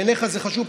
בעיניך זה חשוב.